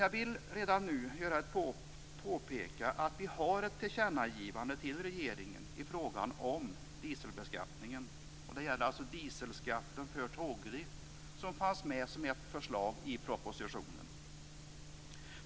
Jag vill dock redan nu påpeka att utskottet gör ett tillkännagivande till regeringen i frågan om dieselbeskattningen. Det gäller förslaget om dieselskatt för tågdrift, som fanns med i propositionen.